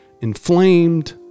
inflamed